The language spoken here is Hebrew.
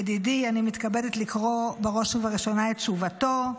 ידידי, אני מתכבדת לקרוא בראש ובראשונה את תשובתו.